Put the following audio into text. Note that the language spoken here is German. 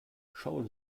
schauen